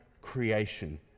creation